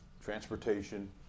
transportation